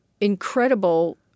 incredible